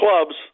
clubs